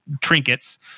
trinkets